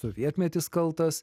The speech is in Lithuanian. sovietmetis kaltas